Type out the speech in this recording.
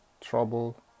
trouble